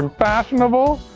fashionable.